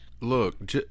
Look